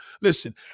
listen